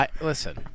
Listen